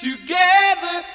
Together